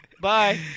Bye